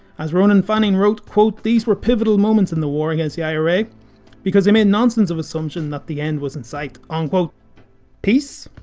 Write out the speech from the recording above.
as ronan fanning wrote quote these were pivotal moments in the war against the ira because they made nonsense of assumptions that the end was in sight. nineteen unquote peace?